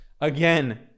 Again